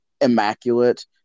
immaculate